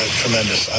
tremendous